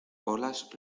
olas